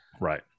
right